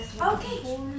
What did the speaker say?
Okay